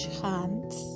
hands